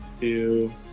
Two